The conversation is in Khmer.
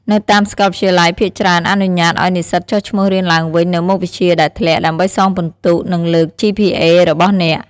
នៅតាមសាកលវិទ្យាល័យភាគច្រើនអនុញ្ញាតឲ្យនិស្សិតចុះឈ្មោះរៀនឡើងវិញនូវមុខវិជ្ជាដែលធ្លាក់ ដើម្បីសងពិន្ទុ និងលើក GPA របស់អ្នក។